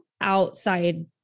outside